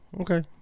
okay